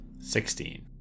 Sixteen